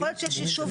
יכול להיות שיש יישוב,